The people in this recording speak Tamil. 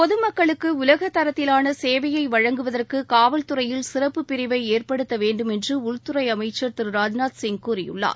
பொது மக்களுக்கு உலக தரத்திவான சேவையை வழங்குவதற்கு காவல்துறையில் சிறப்புப் பிரிவை ஏற்படுத்த வேண்டுமென்று உள்துறை அமைச்சர் திரு ராஜ்நாத் சிங் கூறியுள்ளார்